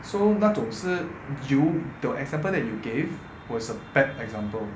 so 那总是 you the the example that you gave due was a bad example